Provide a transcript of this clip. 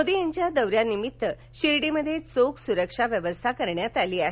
मोदी यांच्या दौऱ्यानिमित्त शिर्डीमध्ये चोख सुरक्षा व्यवस्था करण्यात आली आहे